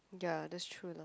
ya that's true lah